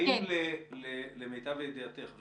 קבענו דיונים בלי קשר אליהם,